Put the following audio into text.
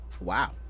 Wow